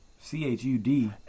C-H-U-D